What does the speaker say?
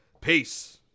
Peace